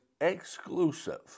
exclusive